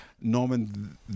Norman